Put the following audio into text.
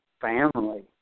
family